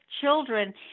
children